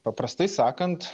paprastai sakant